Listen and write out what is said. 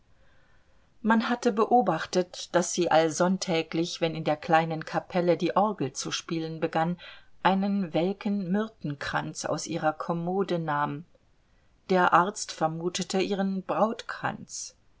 man hatte beobachtet daß sie allsonntäglich wenn in der kleinen kapelle die orgel zu spielen begann einen welken myrtenkranz aus ihrer kommode nahm der arzt vermutete ihren